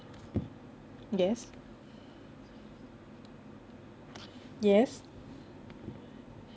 yes yes